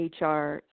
hr